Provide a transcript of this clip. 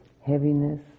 heaviness